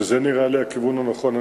זה נראה לי הכיוון הנכון.